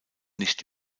nicht